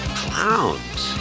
clowns